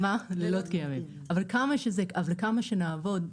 אבל כמה שנעבוד,